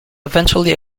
eventually